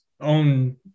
own